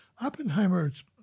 Oppenheimer's